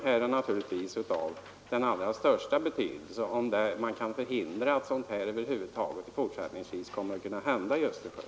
Det är naturligtvis av den allra största betydelse att kunna förhindra att sådana händelser över huvud taget fortsättningsvis inträffar i Östersjön.